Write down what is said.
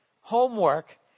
homework